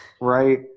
right